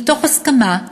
מתוך הסכמה,